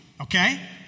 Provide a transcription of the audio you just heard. Okay